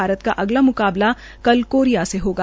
भारत का अगला म्काबला कल कोरिया से होगा